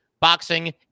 boxing